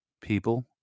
People